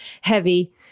heavy